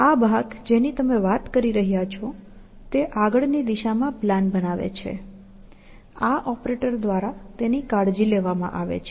આ ભાગ જેની તમે વાત કરી રહ્યાં છો તે આગળની દિશામાં પ્લાન બનાવે છે આ ઓપરેટર દ્વારા તેની કાળજી લેવામાં આવે છે